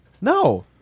No